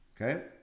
Okay